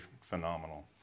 phenomenal